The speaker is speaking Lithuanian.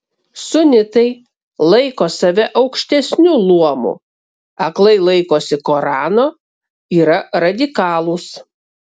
sunitai laiko save aukštesniu luomu aklai laikosi korano yra radikalūs